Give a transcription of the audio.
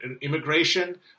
immigration